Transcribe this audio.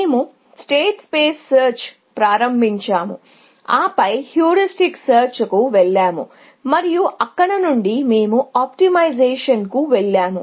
మేము state space సెర్చ్తో ప్రారంభించాము ఆపై హ్యూరిస్టిక్ సెర్చ్కు వెళ్ళాము మరియు అక్కడ నుండి మేము ఆప్టిమైజేషన్కు వెళ్ళాము